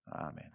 Amen